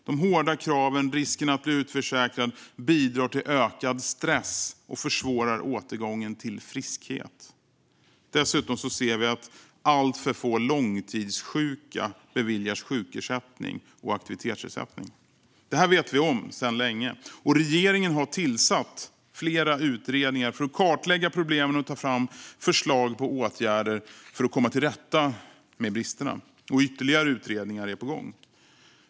De hårda kraven och risken att bli utförsäkrad bidrar till ökad stress och försvårar återgången till friskhet. Dessutom ser vi att alltför få långtidssjuka beviljas sjukersättning och aktivitetsersättning. Det här vet vi om sedan länge. Regeringen har tillsatt flera utredningar för att kartlägga problemen och ta fram förslag på åtgärder för att komma till rätta med bristerna. Ytterligare utredningar är på gång.